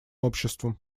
обществом